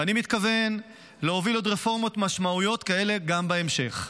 ואני מתכוון להוביל עוד רפורמות משמעותיות כאלה גם בהמשך,